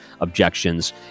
objections